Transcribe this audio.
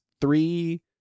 three